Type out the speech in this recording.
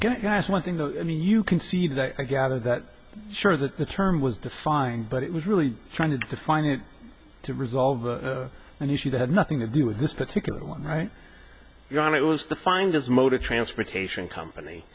guess one thing though i mean you can see that i gather that sure that the term was defined but it was really trying to define it to resolve an issue that had nothing to do with this particular one right you know and it was to find his mode of transportation company